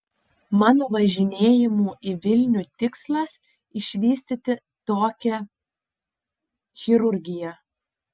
mano važinėjimų į vilnių tikslas išvystyti tokią chirurgiją